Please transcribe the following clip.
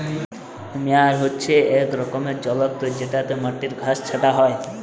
মেয়ার হছে ইক রকমের যল্তর যেটতে মাটির ঘাঁস ছাঁটা হ্যয়